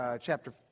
chapter